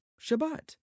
Shabbat